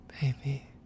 Baby